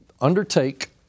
undertake